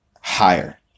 Higher